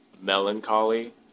melancholy